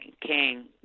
King